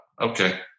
Okay